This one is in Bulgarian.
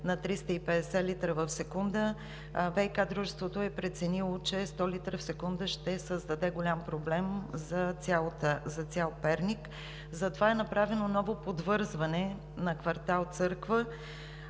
на 350 литра в секунда, ВиК дружеството е преценило, че 100 литра в секунда ще създаде голям проблем за цял Перник, поради което е направено ново подвързване на кв. „Църква“